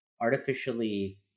artificially